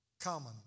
common